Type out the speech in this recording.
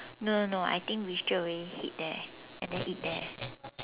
no no no I think we straight away head there and then eat there